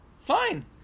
Fine